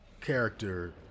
character